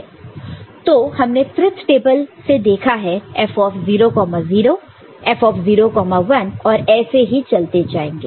तो हमने truth table से देखा है F 00 F 01 और ऐसे ही चलते जाएंगे